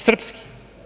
Srpski.